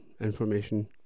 information